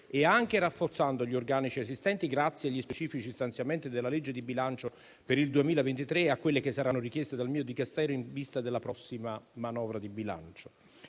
nonché rafforzando gli organici esistenti, grazie agli specifici stanziamenti della legge di bilancio per il 2023 e alle risorse che saranno richieste dal mio Dicastero in vista della prossima manovra di bilancio.